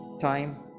time